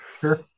Sure